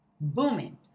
booming